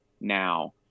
now